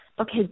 okay